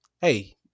hey